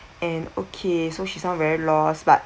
and okay so she's not very lost but